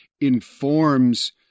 informs